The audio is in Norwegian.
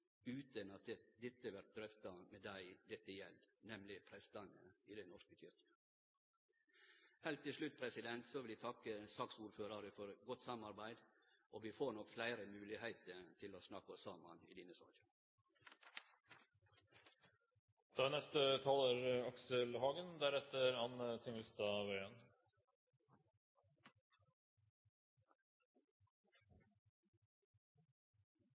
utan at dette vert drøfta med dei dette gjeld – prestane i Den norske kyrkja. Heilt til slutt vil eg takke saksordføraren for godt samarbeid. Vi får nok fleire moglegheiter til å snakke saman i denne